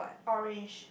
orange